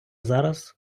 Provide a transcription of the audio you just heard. зараз